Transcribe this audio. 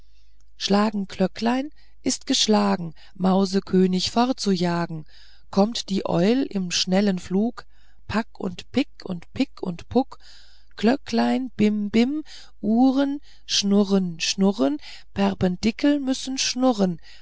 schlagen glöcklein ist geschlagen mausekönig fortzujagen kommt die eul im schnellen flug pak und pik und pik und puk glöcklein bim bim uhren schnurr schnurr perpendikel müssen schnurren